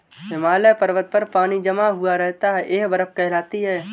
हिमालय पर्वत पर पानी जमा हुआ रहता है यह बर्फ कहलाती है